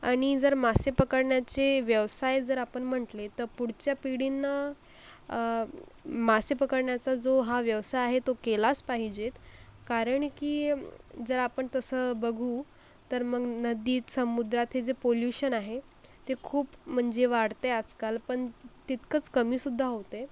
आणि जर मासे पकडण्याचे व्यवसाय जर आपण म्हटले तर पुढच्या पिढींना मासे पकडण्याचा जो हा व्यवसाय आहे तो केलास पाहिजेत कारण की जर आपण तसं बघू तर मग नदीत समुद्रात हे जे पोल्यूशन आहे ते खूप म्हणजे वाढते आजकाल पण तितकंच कमीसुद्धा होतंय